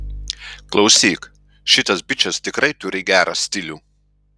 klausyk šitas bičas tikrai turi gerą stilių